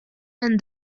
and